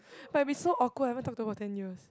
but it'll be so awkward haven't talk to her for ten years